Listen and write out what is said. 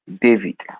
David